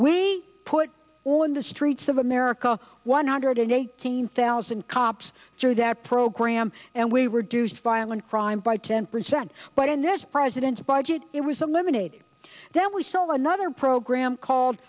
we put on the streets of america one hundred eighteen thousand cops through that program and we reduce violent crime by ten percent but in this president's budget it was a lemonade then we sell another program called